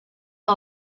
que